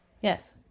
Yes